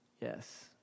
yes